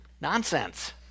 Nonsense